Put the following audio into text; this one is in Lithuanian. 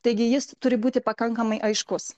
taigi jis turi būti pakankamai aiškus